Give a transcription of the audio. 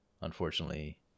unfortunately